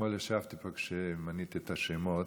אתמול ישבתי פה כשמנית את השמות,